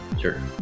Sure